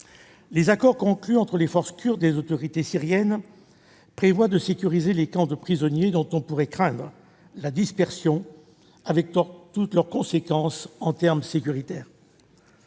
Les accords conclus entre les forces kurdes et les autorités syriennes prévoient de sécuriser les camps de prisonniers, dont on pourrait craindre la dispersion, avec toutes les conséquences que cela